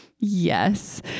Yes